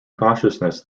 consciousness